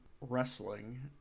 wrestling